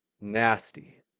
nasty